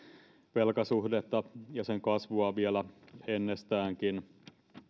velkasuhdetta ja sen kasvua vielä ennestäänkin